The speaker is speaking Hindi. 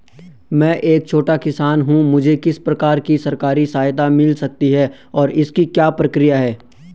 मैं एक छोटा किसान हूँ मुझे किस प्रकार की सरकारी सहायता मिल सकती है और इसकी क्या प्रक्रिया है?